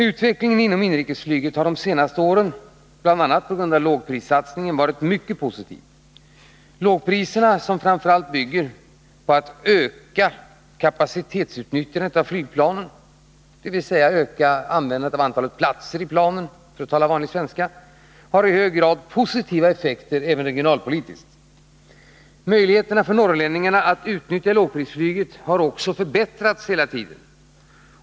Utvecklingen inom inrikesflyget har under de senaste åren, bl.a. som följd av lågprissatsningen, varit mycket positiv. Lågpriserna, som framför allt bygger på att öka kapacitetsutnyttjandet av flygplanen, dvs. öka det använda antalet platser i flygplanen, för att tala vanlig svenska, har i hög grad positiva regionalpolitiska effekter. Möjligheterna för norrlänningarna att utnyttja lågprisflyget har också successivt förbättrats.